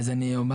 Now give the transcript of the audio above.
אז אני אומר